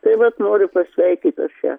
tai vat noriu pasveikyt aš ją